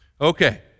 Okay